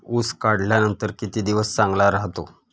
ऊस काढल्यानंतर किती दिवस चांगला राहतो?